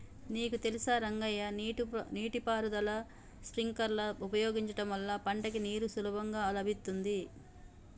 నీకు తెలుసా రంగయ్య నీటి పారుదల స్ప్రింక్లర్ ఉపయోగించడం వల్ల పంటకి నీరు సులభంగా లభిత్తుంది